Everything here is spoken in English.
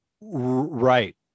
Right